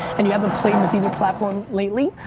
and you haven't played with either platform lately,